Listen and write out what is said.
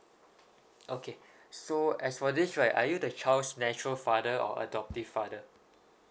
okay so as for this right are you the child's nature father or adoptive father